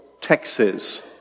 Texas